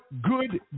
good